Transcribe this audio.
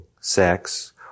sex